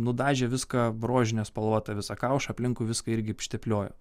nudažė viską rožine spalva tą visą kaušą aplinkui viską irgi ištepliojo